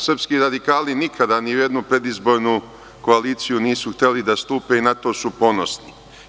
Srpski radikali nikada ni u jednu predizbornu koaliciju nisu hteli da stupe i zato su ponosni.